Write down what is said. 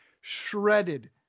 shredded